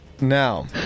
now